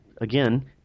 Again